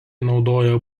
naudojo